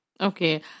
Okay